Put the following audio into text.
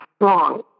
wrong